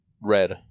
red